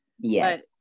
yes